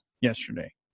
yesterday